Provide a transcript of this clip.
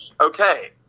Okay